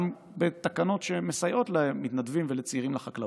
גם בתקנות שמסייעות למתנדבים ולצעירים בחקלאות,